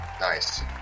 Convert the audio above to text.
Nice